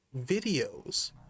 videos